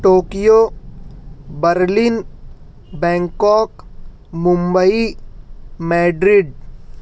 Tokyo Berlin Bangkok Mumbai Madrid